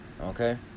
Okay